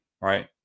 right